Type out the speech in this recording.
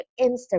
Instagram